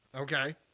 Okay